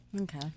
Okay